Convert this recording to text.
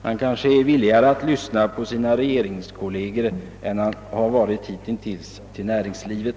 Herr Lange är kanske villigare att lyssna på sina regeringskolleger än på representanter för näringslivet.